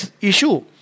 issue